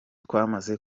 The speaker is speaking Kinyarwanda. twamaze